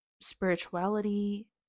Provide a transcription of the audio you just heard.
spirituality